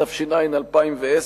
התש"ע 2010,